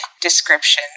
description